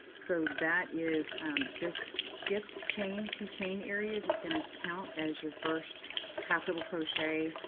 so that is this skipped chain, two chain areas is going to count as your first have double crochet,